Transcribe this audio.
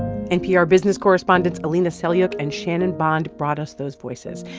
npr business correspondent alina selyukh and shannon bond brought us those voices.